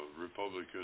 Republican